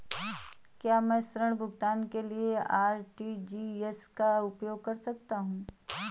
क्या मैं ऋण भुगतान के लिए आर.टी.जी.एस का उपयोग कर सकता हूँ?